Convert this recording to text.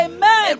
Amen